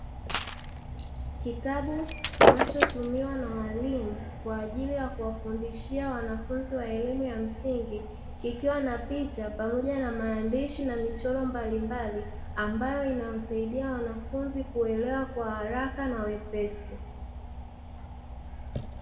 Kitabu kinachotumiwa na walimu kwa ajili ya kuwafundishia wanafunzi wa elimu ya msingi kikiwa na picha pamoja na maandishi na michoro mbalimbali, ambayo inawasaidia wanafunzi kuelewa kwa haraka na wepesi.